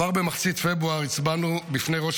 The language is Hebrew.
כבר במחצית בפברואר הצבענו בפני ראש